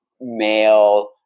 male